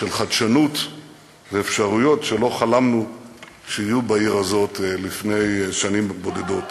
של חדשנות ואפשרויות שלא חלמנו שיהיו בעיר הזאת לפני שנים בודדות.